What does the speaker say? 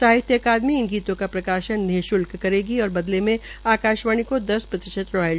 साहित्य अकादमी इन गीतों का प्रकाशन निश्ल्क करेगी और बदले में आकाशवाणी को दस प्रतिशत रायल्टी देगी